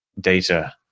data